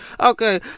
Okay